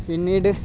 പിന്നീട്